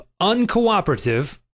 uncooperative